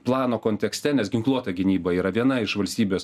plano kontekste nes ginkluota gynyba yra viena iš valstybės